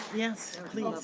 yes please.